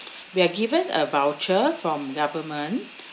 we sre given a voucher from government